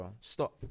stop